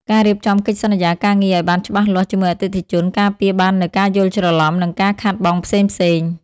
ការរៀបចំកិច្ចសន្យាការងារឱ្យបានច្បាស់លាស់ជាមួយអតិថិជន ការពារបាននូវការយល់ច្រឡំ និងការខាតបង់ផ្សេងៗ។